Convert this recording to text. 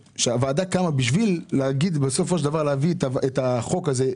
הוועדה קמה בשביל בסופו של דבר להביא את הצעת החוק הזאת,